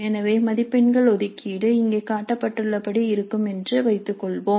எனவே மதிப்பெண்கள் ஒதுக்கீடு இங்கே காட்டப்பட்டுள்ளபடி இருக்கும் என்று வைத்துக் கொள்வோம்